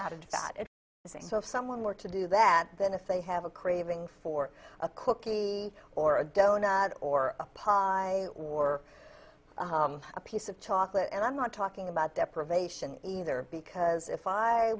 it so if someone were to do that then if they have a craving for a cookie or a donor or a pause or a piece of chocolate and i'm not talking about deprivation either because if i